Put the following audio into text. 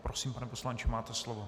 Prosím, pane poslanče, máte slovo.